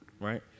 right